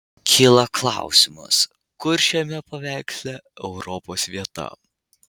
kyla klausimas kur šiame paveiksle europos vieta